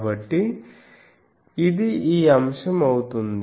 కాబట్టి ఇది ఈ అంశం అవుతుంది